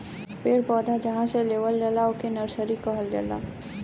पेड़ पौधा जहां से लेवल जाला ओके नर्सरी कहल जाला